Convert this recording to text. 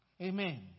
Amen